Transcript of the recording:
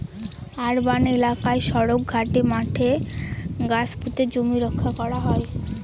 urban এলাকায় সড়ক, ঘাটে, মাঠে গাছ পুঁতে জমি রক্ষা করা হয়